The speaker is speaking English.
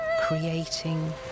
creating